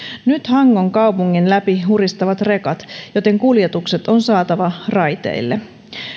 nyt hangon kaupungin läpi huristavat rekat joten kuljetukset on saatava raiteille